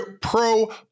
pro